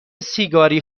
سیگاری